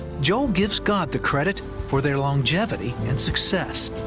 joel gives god the credit for their longevity and success.